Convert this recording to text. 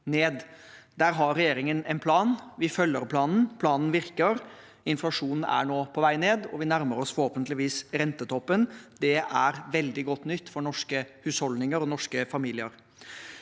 Der har regjeringen en plan, vi følger opp planen, planen virker, inflasjonen er nå på vei ned, og vi nærmer oss forhåpentligvis rentetoppen. Det er veldig godt nytt for norske husholdninger og norske familier.